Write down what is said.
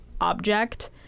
object